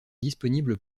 disponibles